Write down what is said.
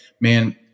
man